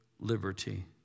liberty